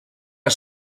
are